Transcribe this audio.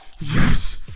Yes